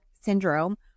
syndrome